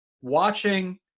watching